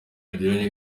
yagiranye